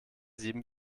sieben